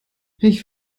ich